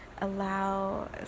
allow